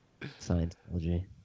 Scientology